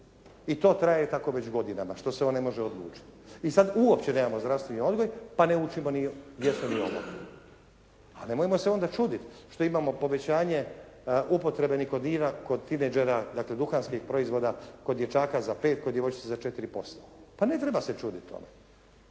I to traje tako već godinama što se on ne može odlučiti. I sad uopće nemamo zdravstveni odgoj pa ne učimo ni ... /Govornik se ne razumije./ … Pa nemojmo se onda čuditi što nemamo povećanje upotrebe nikotina kod tinejdžera dakle duhanskih proizvoda kod dječaka za 5, kod djevojčica za 4%. Pa ne treba se čuditi tome.